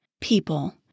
people